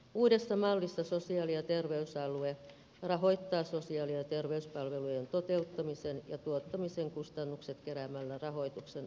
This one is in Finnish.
uudessa mallissa sosiaali ja terveysalue rahoittaa sosiaali ja terveyspalvelujen toteuttamisen ja tuottamisen kustannukset keräämällä rahoituksen alueen kunnilta